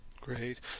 Great